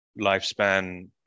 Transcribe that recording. lifespan